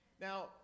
Now